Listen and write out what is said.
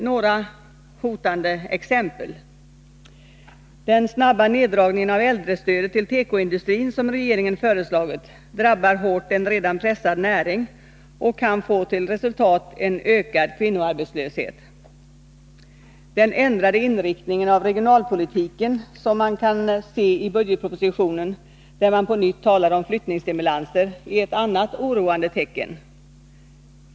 Några hotande exempel: Den snabba neddragning av äldrestödet till tekoindustrin som regeringen föreslagit drabbar hårt en redan pressad näring och kan få till resultat en ökad kvinnoarbetslöshet. Den ändrade inriktning av regionalpolitiken som man kan se i budgetpropositionen — där det på nytt talas om flyttningsstimulanser — är ett annat oroande tecken.